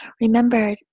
Remember